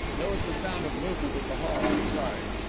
there was the sound of movement in the hall outside,